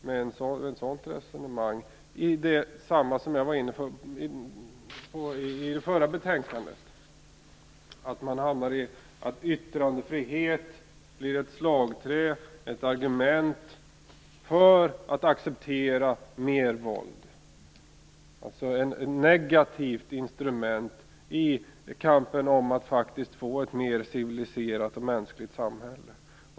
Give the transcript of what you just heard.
Med ett sådant resonemang hamnar man, precis som jag var inne på i debatten om det förra betänkandet, i den situationen att yttrandefrihet blir ett slagträ och ett argument för att acceptera mer våld, alltså ett negativt instrument i kampen om att få ett mer civiliserat och mänskligt samhälle.